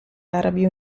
arabi